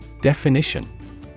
Definition